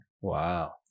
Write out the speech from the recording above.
Wow